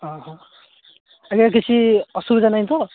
ଆଜ୍ଞା କିଛି ଅସୁବିଧା ନାହିଁ ତ